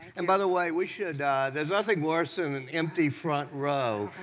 and by the way, we should there's nothing worse than an empty front row,